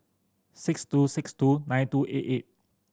six two six two nine two eight eight